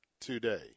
today